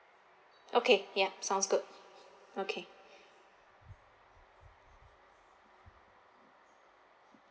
okay ya sounds good okay